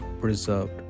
preserved